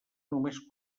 només